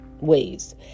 ways